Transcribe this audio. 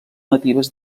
natives